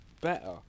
better